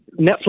Netflix